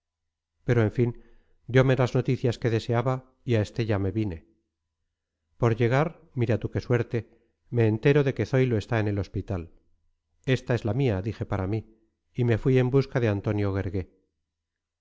pero en fin diome las noticias que deseaba y a estella me vine por llegar mira tú qué suerte me entero de que zoilo está en el hospital esta es la mía dije para mí y me fui en busca de antonio